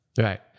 Right